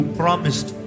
promised